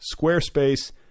squarespace